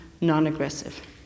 non-aggressive